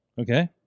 Okay